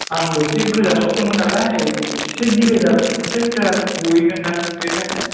आंबो एसे गोजानावसो दंमोन नालाय एसे डेरि जागौमोन जायखिया सौहैगोन दां बे टाइमाव